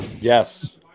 Yes